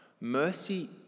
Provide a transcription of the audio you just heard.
Mercy